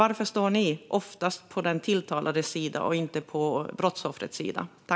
Varför står ni oftast på den tilltalades sida och inte på brottsoffrets sida?